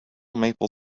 maple